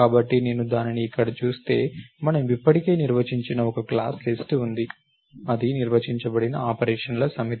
కాబట్టి నేను దానిని ఇక్కడ చూస్తే మనము ఇప్పటికే నిర్వచించిన ఒక క్లాస్ లిస్ట్ ఉంది అది నిర్వచించబడిన ఆపరేషన్ల సమితి